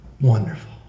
wonderful